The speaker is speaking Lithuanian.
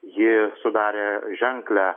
ji sudarė ženklią